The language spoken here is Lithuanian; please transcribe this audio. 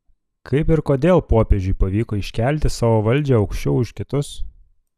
kaip ir kodėl popiežiui pavyko iškelti savo valdžią aukščiau už kitus